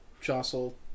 jostle